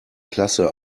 klasse